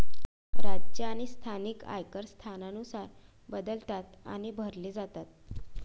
राज्य आणि स्थानिक आयकर स्थानानुसार बदलतात आणि भरले जातात